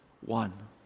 one